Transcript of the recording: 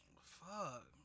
Fuck